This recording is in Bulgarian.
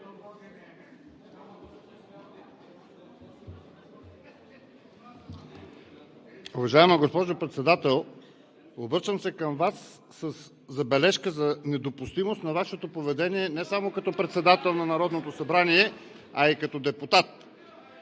Уважаема госпожо Председател, обръщам се към Вас със забележка за недопустимост на Вашето поведение – не само като председател на Народното събрание, а и като депутат.